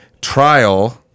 trial